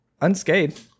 unscathed